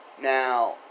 Now